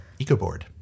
EcoBoard